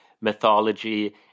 mythology